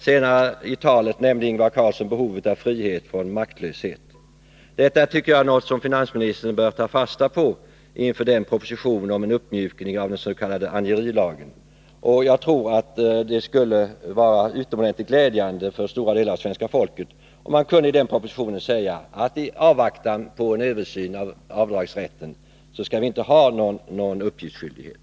Senare i talet nämnde Ingvar Carlsson behovet av frihet från maktlöshet. Detta tycker jag är något som finansministern bör ta fasta på inför propositionen om en uppmjukning av dens.k. angiverilagen. Jag tror att det skulle vara utomordentligt glädjande för stora delar av svenska folket, om man i den propositionen kunde säga att i avvaktan på en översyn av avdragsrätten skall vi inte ha någon uppgiftsskyldighet.